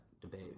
debate